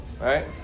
Right